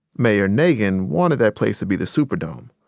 mayor nagin wanted that place to be the superdome.